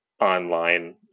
online